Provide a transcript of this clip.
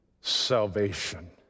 salvation